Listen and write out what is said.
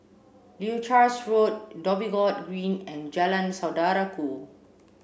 Leuchars Road Dhoby Ghaut Green and Jalan Saudara Ku